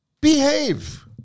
behave